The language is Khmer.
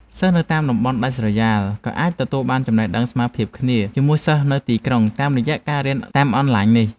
សិស្សនៅតាមតំបន់ដាច់ស្រយាលក៏អាចទទួលបានចំណេះដឹងស្មើភាពគ្នាជាមួយសិស្សនៅទីក្រុងតាមរយៈការរៀនតាមអនឡាញនេះ។